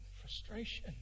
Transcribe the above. Frustration